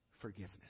forgiveness